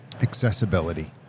accessibility